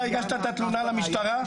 אתה הגשת את התלונה למשטרה?